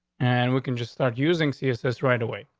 and we can just start using css right away.